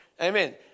Amen